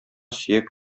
сөяк